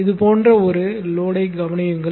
இது போன்ற ஒரு லோட்யைக் கவனியுங்கள்